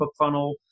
BookFunnel